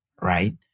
right